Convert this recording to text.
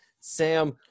sam